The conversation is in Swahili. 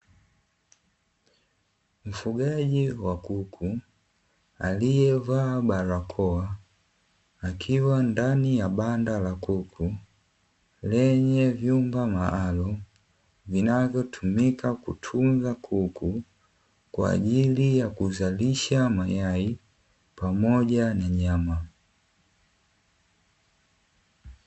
Mfugaji wa kuku aliyevaa barakoa, akiwa ndani ya banda la kuku lenye vyumba maalumu vinavyotumika kutunza kuku, kwa ajili ya kuzalisha mayai pamoja na nyama.